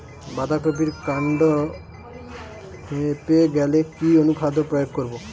বাঁধা কপির কান্ড ফেঁপে গেলে কি অনুখাদ্য প্রয়োগ করব?